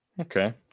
Okay